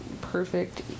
perfect